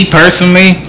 personally